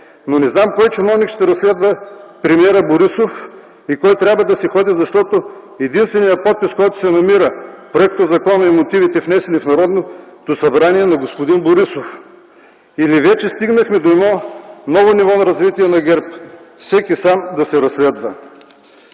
Не знам кой чиновник ще разследва премиерът Борисов и кой трябва да си ходи, защото единственият подпис, който се намира в проектозакона и мотивите, внесени в Народното събрание са на господин Борисов или вече стигнахме до едно ново ниво на развитие на ГЕРБ – всеки сам да се разследва?!